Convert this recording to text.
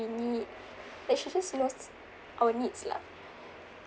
and she just knows our needs lah